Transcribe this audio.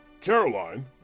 Caroline